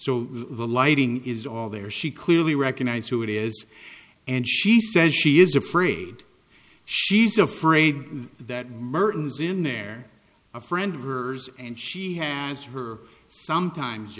so the lighting is all there she clearly recognize who it is and she says she is afraid she's afraid that burton is in there a friend of hers and she has her sometimes